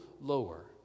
lower